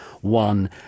one